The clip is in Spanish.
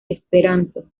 esperanto